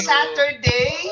Saturday